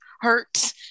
hurt